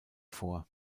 vor